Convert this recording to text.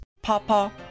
Papa